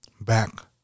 back